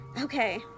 Okay